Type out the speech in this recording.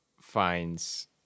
finds